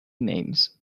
names